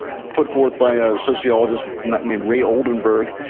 put forth by a sociologist named ray oldenburg,